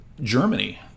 Germany